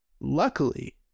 luckily